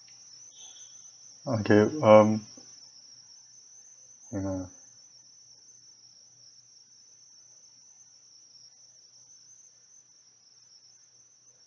okay um